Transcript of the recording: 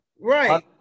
right